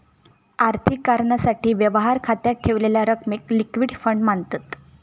आर्थिक कारणासाठी, व्यवहार खात्यात ठेवलेल्या रकमेक लिक्विड फंड मांनतत